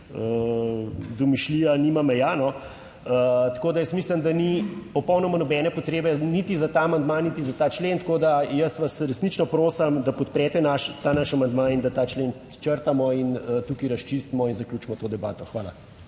domišljija nima meja, tako da jaz mislim, da ni popolnoma nobene potrebe niti za ta amandma niti za ta člen. Tako da jaz vas resnično prosim, da podprete ta naš amandma in da ta člen črtamo in tukaj razčistimo in zaključimo to debato. Hvala.